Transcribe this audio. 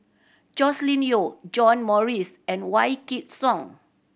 Joscelin Yeo John Morrice and Wykidd Song